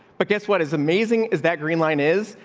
but guess what is amazing is that green line is.